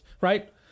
right